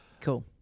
Cool